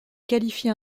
qualifie